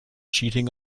cheating